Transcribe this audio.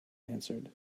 answered